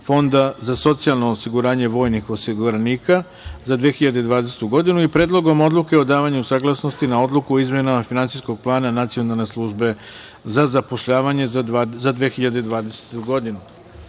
Fonda za socijalno osiguranje vojnih osiguranika za 2020. godinu i Predlogom odluke o davanju saglasnosti na Odluku o izmenama Finansijskog plana Nacionalne službe za zapošljavanje za 2020. godinu. Takođe,